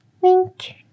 Wink